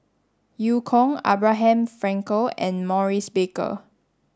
Eu Kong Abraham Frankel and Maurice Baker